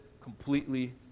completely